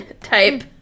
type